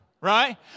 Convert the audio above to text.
right